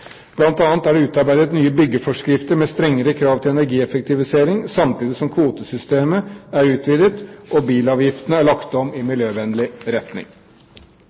er det utarbeidet nye byggeforskrifter med strengere krav til energieffektivisering, samtidig som kvotesystemet er utvidet og bilavgiftene er lagt om i miljøvennlig retning.